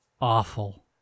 awful